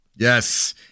Yes